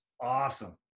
Awesome